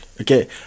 okay